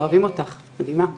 אוהבים אותך, את מדהימה.